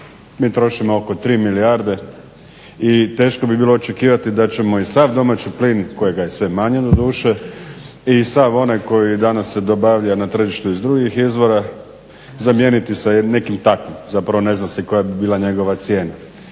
mi trošimo oko 3 milijarde i teško bi bilo očekivati da ćemo i sad domaći plin kojega je sve manje doduše, i sav onaj koji danas se dobavlja na tržište iz drugih izvora zamijeniti sa nekim takvi, zapravo ne zna se koja bi bila njegova cijena.